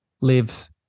lives